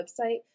website